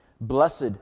Blessed